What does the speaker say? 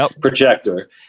projector